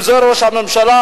אם זה ראש הממשלה,